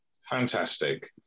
Fantastic